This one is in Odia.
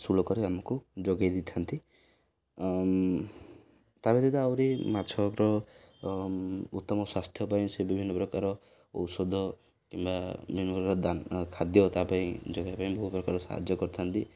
ସୁଲ୍କରେ ଆମକୁ ଯୋଗେଇ ଦେଇଥାନ୍ତି ତା' ବ୍ୟତୀତ ଆହୁରି ମାଛଙ୍କର ଉତ୍ତମ ସ୍ୱାସ୍ଥ୍ୟ ପାଇଁ ସେ ବିଭିନ୍ନ ପ୍ରକାର ଔଷଧ କିମ୍ବା ବିଭିନ୍ନ ପ୍ରକାର ଖାଦ୍ୟ ତା' ପାଇଁ ଯୋଗେଇବା ପାଇଁ ବହୁ ପ୍ରକାର ସାହାଯ୍ୟ କରିଥାନ୍ତି